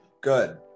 Good